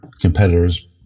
competitors